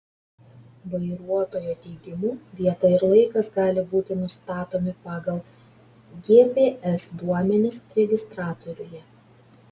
vairuotojo teigimu vieta ir laikas gali būti nustatomi pagal gps duomenis registratoriuje